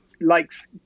likes